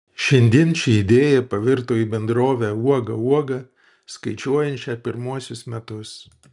šiandien ši idėja pavirto į bendrovę uoga uoga skaičiuojančią pirmuosius metus